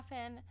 often